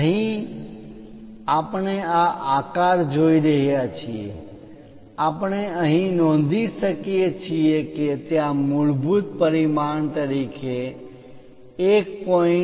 અહીં આપણે આ આકાર જોઈ રહ્યા છીએ આપણે અહીં નોંધી શકીએ છીએ કે ત્યાં મૂળભૂત પરિમાણ તરીકે 1